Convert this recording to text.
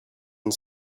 and